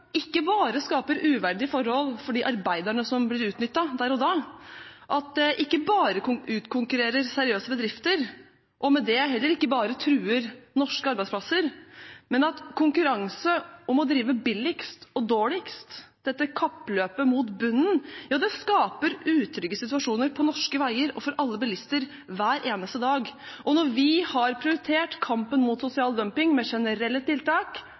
ikke bare skaper uverdige forhold for de arbeiderne som blir utnyttet der og da, at det ikke bare utkonkurrerer seriøse bedrifter og med det heller ikke bare truer norske arbeidsplasser, men at konkurranse om å drive billigst og dårligst, dette kappløpet mot bunnen, det skaper utrygge situasjoner på norske veier for alle bilister hver eneste dag. Når vi har prioritert kampen mot sosial dumping med generelle tiltak